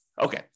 Okay